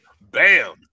Bam